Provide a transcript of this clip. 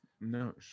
no